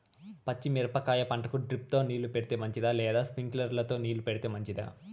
పచ్చి మిరపకాయ పంటకు డ్రిప్ తో నీళ్లు పెడితే మంచిదా లేదా స్ప్రింక్లర్లు తో నీళ్లు పెడితే మంచిదా?